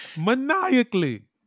maniacally